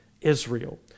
Israel